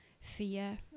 fear